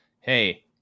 hey